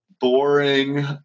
boring